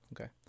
okay